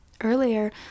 earlier